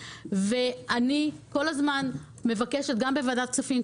אני כל הזמן מבקשת גם בוועדת כספים,